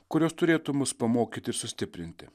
kurios turėtų mus pamokyti ir sustiprinti